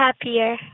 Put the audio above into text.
happier